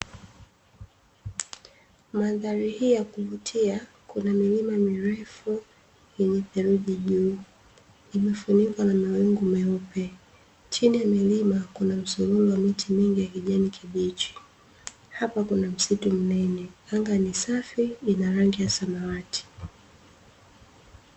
Mandhari hii ya kuvutia kuna milima mirefu yenye saruji juu imefunikwa na mawingu meupe, chini ya milima kuna msururu wa miti mingi ya kijani kibichi, hapa kuna msitu mnene, anga ni safi lina rangi ya samawati.